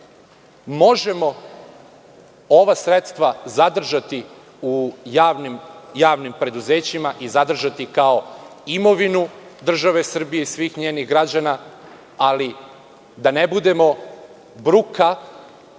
možemo ova sredstva zadržati u javnim preduzećima i zadržati kao imovinu države Srbije i svih njenih građana, ali i da ne budemo bruka